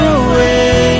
away